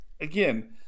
Again